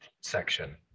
section